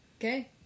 Okay